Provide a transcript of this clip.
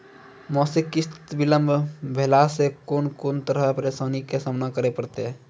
मासिक किस्त बिलम्ब भेलासॅ कून कून तरहक परेशानीक सामना करे परतै?